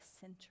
center